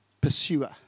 pursuer